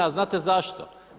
A znate zašto?